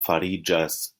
fariĝas